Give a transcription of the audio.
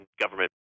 government